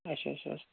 اچھا اچھا اچھا